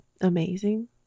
amazing